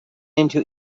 into